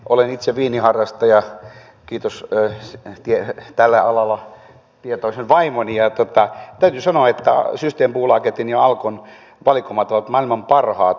olen itse viiniharrastaja kiitos tällä alalla tietoisen vaimoni ja täytyy sanoa että systembolagetin ja alkon valikoimat ovat maailman parhaat